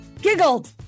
giggled